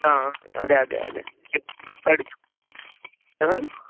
అదే అదే అదే చెప్ చెప్పాడు ఎవరు